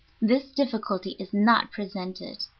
this difficulty is not presented,